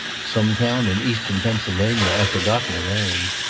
some town in eastern pennsylvania. i've forgotten the name.